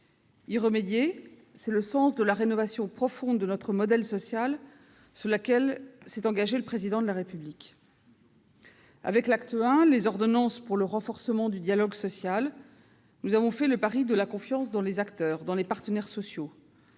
Y remédier, c'est le sens de la rénovation profonde de notre modèle social sur laquelle s'est engagé le Président de la République. Avec l'acte I, les ordonnances pour le renforcement du dialogue social, nous avons fait le pari de la confiance dans les acteurs, dans les partenaires sociaux,